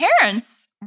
parents